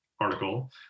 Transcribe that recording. article